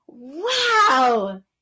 wow